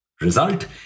Result